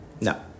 No